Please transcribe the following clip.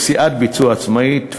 או סיעת ביצוע עצמאית,